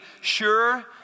sure